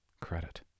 Credit